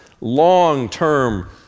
long-term